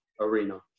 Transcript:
arena